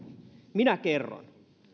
minä kerron